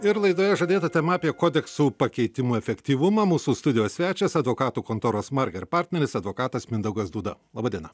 ir laidoje žadėta tema apie kodeksų pakeitimų efektyvumą mūsų studijos svečias advokatų kontoros marker partneris advokatas mindaugas dūda laba diena